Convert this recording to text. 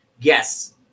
yes